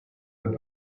with